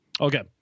Okay